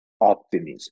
optimism